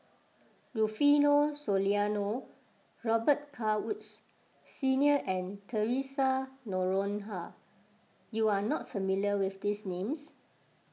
Rufino Soliano Robet Carr Woods Senior and theresa Noronha you are not familiar with these names